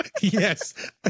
Yes